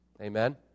Amen